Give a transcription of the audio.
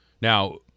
now